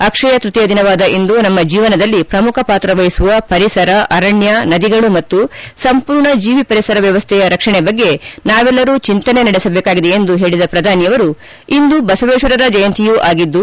ಅಕ್ಷಯತೃತಿಯ ದಿನವಾದ ಇಂದು ನಮ್ಮ ಜೀವನದಲ್ಲಿ ಪ್ರಮುಖ ಪಾತ್ರ ವಹಿಸುವ ಪರಿಸರ ಅರಣ್ಯ ನದಿಗಳು ಮತ್ತು ಸಂಪೂರ್ಣ ಜೀವಿ ಪರಿಸರ ವ್ಯವಸ್ಥೆಯ ರಕ್ಷಣೆ ಬಗ್ಗೆ ನಾವೆಲ್ಲರೂ ಚಿಂತನೆ ನಡೆಸಬೇಕಾಗಿದೆ ಎಂದು ಹೇಳಿದ ಪ್ರಧಾನಮಂತ್ರಿಯವರು ಇಂದು ಬಸವೇಶ್ವರರ ಜಯಂತಿಯೂ ಆಗಿದ್ದು